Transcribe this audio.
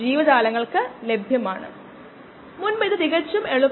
അടുത്ത പ്രഭാഷണം ആരംഭിക്കുമ്പോൾ പരിഹാരത്തിന് പിന്നിൽ ചില ചിന്തകളെങ്കിലും കാണിക്കും